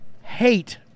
hate